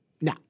Now